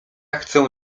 chcę